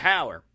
Power